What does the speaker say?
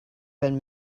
been